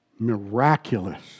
miraculous